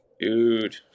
dude